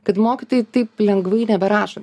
kad mokytojai taip lengvai neberašo